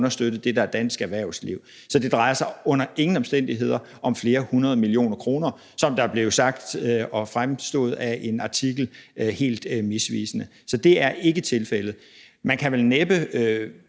understøtte det, der er dansk erhvervsliv. Så det drejer sig under ingen omstændigheder om flere hundrede millioner kroner, som der blev sagt, og som det fremgik af en artikel helt misvisende. Så det er ikke tilfældet. Man kan vel næppe